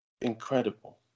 incredible